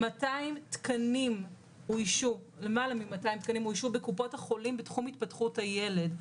למעלה מ-200 תקנים אוישו בקופות החולים בתחום התפתחות הילד.